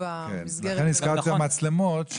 לכן הזכרתי את המצלמות,